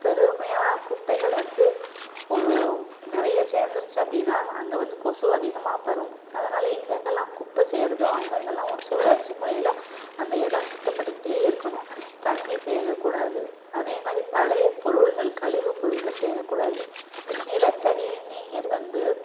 பெருமையாக குப்பைகள் வந்து ஒரு நிறைய சேர்ந்துருச்சி அப்படின்னா அங்கே வந்து கொசு அதிகமாக பரவும் அதனால் எங்கெங்கலாம் குப்பை சேருதோ அங்கங்கேலாம் ஒரு சுழற்சி முறையில் அந்த இடம் சுத்தப்பட்டுக்கிட்டே இருக்கணும் தண்ணி தேங்கக்கூடாது அதே மாதிரி பழைய பொருள்கள் கழிவுப்பொருள்கள் தேங்கக்கூடாது நிலத்தடி நீர் வந்து